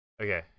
Okay